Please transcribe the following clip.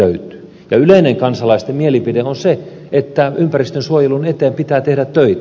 ja yleinen kansalaisten mielipide on se että ympäristönsuojelun eteen pitää tehdä töitä